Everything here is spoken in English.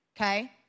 okay